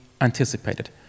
anticipated